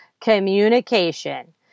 communication